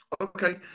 Okay